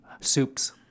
soups